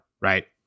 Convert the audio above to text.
right